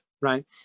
right